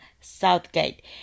southgate